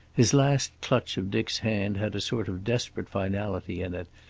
his last clutch of dick's hand had a sort of desperate finality in it,